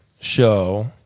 show